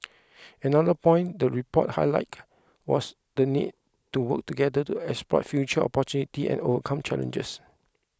another point the report highlighted was the need to work together to exploit future opportunity and overcome challenges